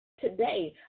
today